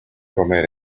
comer